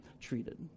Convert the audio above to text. treated